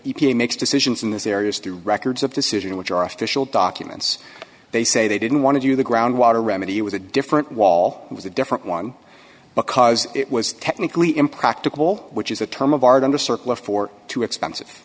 a makes decisions in this areas through records of decision which are official documents they say they didn't want to do the ground water remedy it was a different wall it was a different one because it was technically impractical which is a term of art and a circle of four too expensive